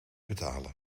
betalen